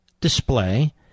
display